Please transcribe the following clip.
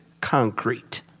concrete